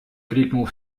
крикнул